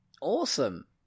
Awesome